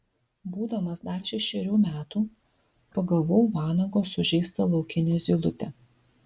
būdamas dar šešerių metų pagavau vanago sužeistą laukinę zylutę